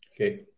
Okay